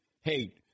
Hey